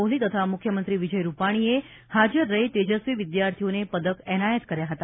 કોહલી તથા મુખ્યમંત્રી વિજય રુપાણીએ હાજર રહી તેજસ્વી વિદ્યાર્થીઓને પદક એનાયત કર્યા હતા